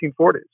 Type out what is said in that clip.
1940s